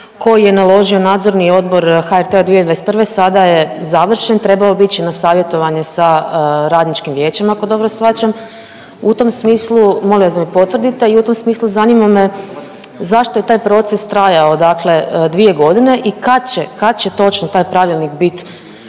koji je naložio Nadzorni odbor HRT-a 2021. sada je završen, trebao bi ići na savjetovanje sa Radničkim vijećem ako dobro shvaćam. U tom smislu, molim vas da mi potvrdite i u tom smislu zanima me zašto je taj proces trajao dakle 2.g. i kad će, kad će točno taj pravilnik bit